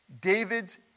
David's